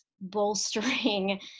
bolstering